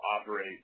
operate